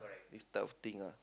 this type of thing ah